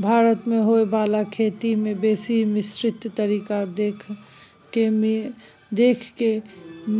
भारत मे होइ बाला खेती में बेसी मिश्रित तरीका देखे के